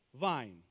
vine